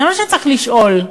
זה מה שצריך לשאול.